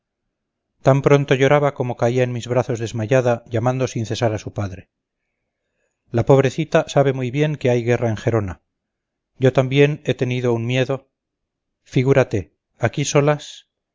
tan pronto lloraba como caía en mis brazos desmayada llamando sin cesar a su padre la pobrecita sabe muy bien que hay guerra en gerona yo también he tenido un miedo figúrate aquí solas